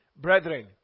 brethren